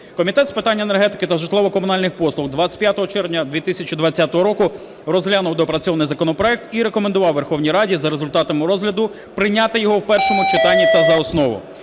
Комітет з питань енергетики та житлово-комунальних послуг 25 червня 2020 року розглянув доопрацьований законопроект і рекомендував Верховній Раді за результатами розгляду прийняти його в першому читанні та за основу.